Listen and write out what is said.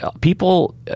people